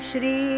Shri